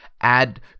add